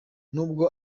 nubwo